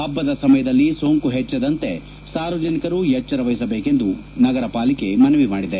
ಹಬ್ಬದ ಸಮಯದಲ್ಲಿ ಸೋಂಕು ಹೆಚ್ಚದಂತೆ ಸಾರ್ವಜನಿಕರು ಎಚ್ಚರ ವಹಿಸಬೇಕೆಂದು ನಗರಪಾಲಿಕೆ ಮನವಿ ಮಾಡಿದೆ